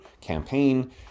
campaign